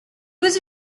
was